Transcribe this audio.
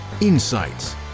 insights